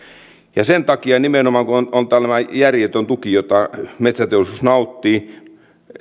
sen takia nimenomaan kun on tämä järjetön tuki jota metsäteollisuus nauttii